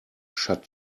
shut